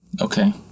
okay